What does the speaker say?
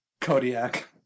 Kodiak